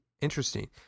interesting